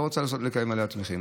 היא לא רוצה שתהיה עליית מחירים.